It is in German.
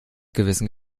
gewissen